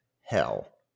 hell